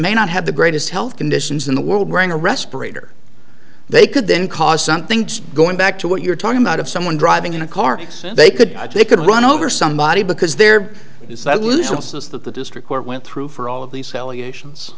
may not have the greatest health conditions in the world bring a respirator they could then cause something going back to what you're talking about of someone driving in a car accident they could take and run over somebody because there is that little sense that the district court went through for all of these allegations